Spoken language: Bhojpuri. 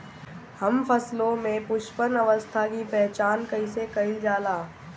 हम फसलों में पुष्पन अवस्था की पहचान कईसे कईल जाला?